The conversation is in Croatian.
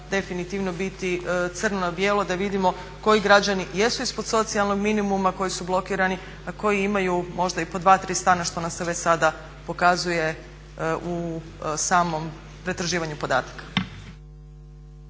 definitivno biti crno na bijelo da vidimo koji građani jesu ispod socijalnog minimuma koji su blokirani a koji imaju možda i po 2, 3 stana što nam se već sada pokazuje u samom pretraživanju podataka.